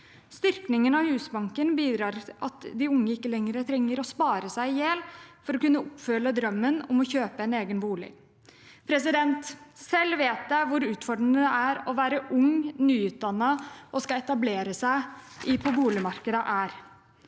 Styrkingen av Hus banken bidrar til at de unge ikke lenger trenger å spare seg i hjel for å kunne oppfylle drømmen om å kjøpe en egen bolig. Selv vet jeg hvor utfordrende det er å være ung, nyutdannet og å skulle etablere seg på boligmarkedet.